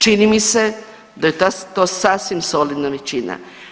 Čini mi se da je to sasvim solidna većina.